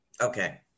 Okay